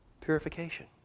purification